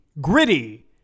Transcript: Gritty